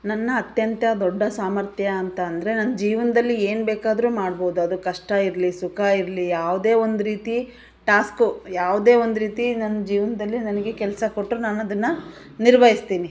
ನನ್ನ ಅತ್ಯಂತ ದೊಡ್ಡ ಸಾಮರ್ಥ್ಯ ಅಂತ ಅಂದರೆ ನನ್ನ ಜೀವನದಲ್ಲಿ ಏನು ಬೇಕಾದರೂ ಮಾಡ್ಬೋದು ಅದು ಕಷ್ಟ ಇರಲಿ ಸುಖ ಇರಲಿ ಯಾವುದೇ ಒಂದು ರೀತಿ ಟಾಸ್ಕು ಯಾವುದೇ ಒಂದು ರೀತಿ ನನ್ನ ಜೀವನ್ದಲ್ಲಿ ನನಗೆ ಕೆಲಸ ಕೊಟ್ರೂ ನಾನು ಅದನ್ನು ನಿರ್ವಹಿಸ್ತೀನಿ